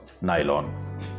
nylon